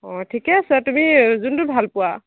অ ঠিকে আছে তুমি যোনটো ভালপোৱা